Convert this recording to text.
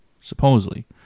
supposedly